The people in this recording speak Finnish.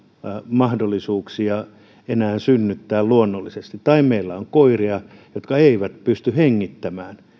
mahdollisuuksia synnyttää luonnollisesti tai että meillä on koiria jotka eivät pysty hengittämään